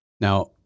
Now